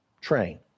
train